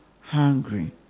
hungry